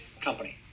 company